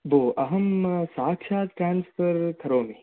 बो अहं साक्षात् ट्रास्वर् करोमि